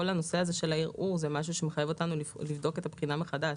כל הנושא הזה של הערעור זה משהו שמחייב אותנו לבדוק את הבחינה מחדש.